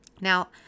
Now